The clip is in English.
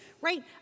right